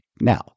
now